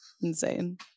Insane